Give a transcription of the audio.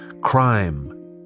crime